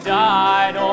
died